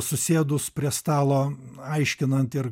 susėdus prie stalo aiškinant ir